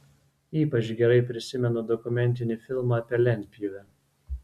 ypač gerai prisimenu dokumentinį filmą apie lentpjūvę